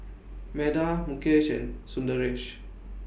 Medha Mukesh and Sundaresh